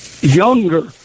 younger